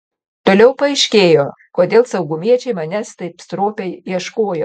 toliau paaiškėjo kodėl saugumiečiai manęs taip stropiai ieškojo